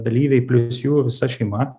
dalyviai plius jų visa šeima